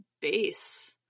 base